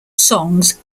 songs